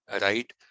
right